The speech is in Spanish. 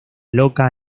loca